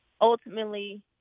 ultimately